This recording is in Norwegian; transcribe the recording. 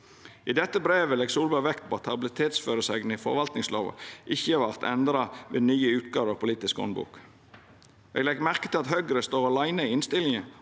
I dette brevet legg Solberg vekt på at habilitetsføresegnene i forvaltningslova ikkje vert endra ved nye utgåver av politisk handbok. Eg legg merke til at Høgre står åleine i innstillinga